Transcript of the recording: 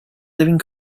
living